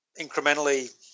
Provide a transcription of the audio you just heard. incrementally